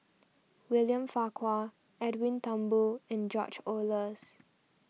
William Farquhar Edwin Thumboo and George Oehlers